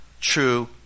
true